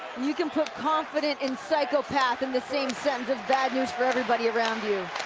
you can put confident and psychopath in the same sentence, is that news for everybody around you?